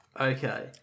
Okay